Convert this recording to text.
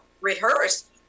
rehearse